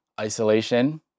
isolation